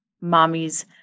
mommy's